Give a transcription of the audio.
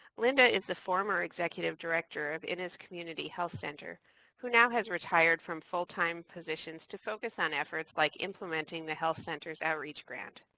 linda is the former executive director of innis community health center who now has retired from full-time positions to focus on efforts like implementing the health center's outreach grant.